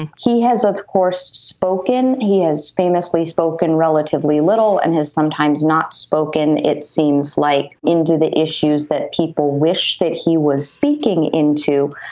and he has of course spoken. he is famously spoken relatively little and has sometimes not spoken. it seems like into the issues that people wish that he was speaking into.